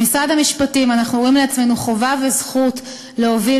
במשרד המשפטים אנחנו רואים לעצמנו חובה וזכות להוביל